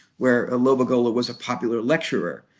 where lobagola was a popular lecturer.